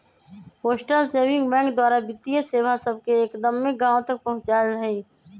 postal saving bank द्वारा वित्तीय सेवा सभके एक्दम्मे गाँव तक पहुंचायल हइ